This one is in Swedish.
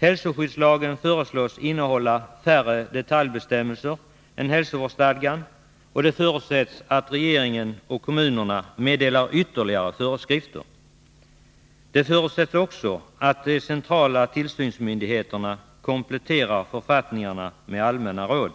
Hälsoskyddslagen föreslås innehålla färre detaljbestämmelser än hälsovårdsstadgan, och det förutsätts att regeringen och kommunerna meddelar ytterligare föreskrifter. Det förutsätts vidare att de centrala tillsynsmyndigheterna kompletterar författningarna med allmänna råd.